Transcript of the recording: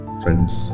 friends